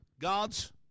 God's